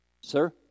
Sir